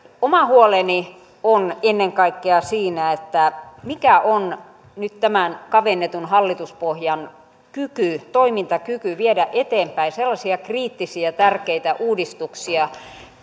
oma huoleni on ennen kaikkea siinä että mikä on nyt tämän kavennetun hallituspohjan toimintakyky viedä eteenpäin sellaisia kriittisiä tärkeitä uudistuksia